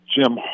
Jim